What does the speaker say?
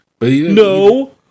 No